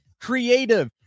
creative